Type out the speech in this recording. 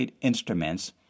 instruments